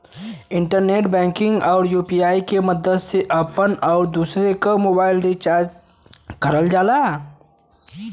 internet banking आउर UPI के मदद से आपन आउर दूसरे क मोबाइल भी रिचार्ज करल जाला